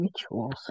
rituals